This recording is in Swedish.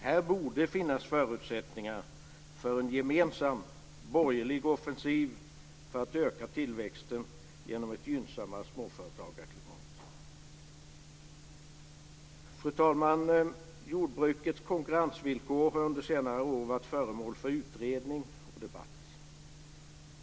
Här borde finnas förutsättningar för en gemensam borgerlig offensiv för att öka tillväxten genom ett gynnsammare småföretagarklimat. Fru talman! Jordbrukets konkurrensvillkor har under senare år varit föremål för utredning och debatt.